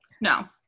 No